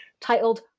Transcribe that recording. titled